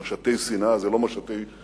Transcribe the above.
זה משטי שנאה, זה לא משטי שלום,